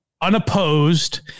unopposed